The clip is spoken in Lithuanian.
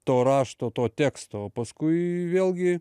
to rašto to teksto o paskui vėlgi